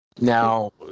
Now